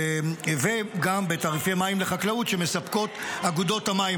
וגם בתעריפי מים לחקלאות שמספקות אגודות המים.